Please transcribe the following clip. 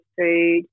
food